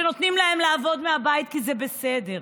שנותנים להם לעבוד מהבית כי זה בסדר,